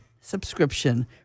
subscription